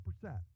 percent